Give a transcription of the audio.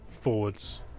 forwards